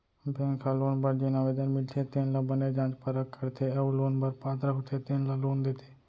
bank ह loan बर जेन आवेदन मिलथे तेन ल बने जाँच परख करथे अउ लोन बर पात्र होथे तेन ल लोन देथे